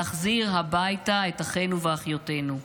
להחזיר הביתה את אחינו ואחיותינו.